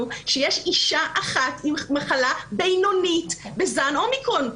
שיש אישה אחת עם מחלה בינונית בזן ה-אומיקרון.